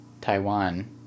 Taiwan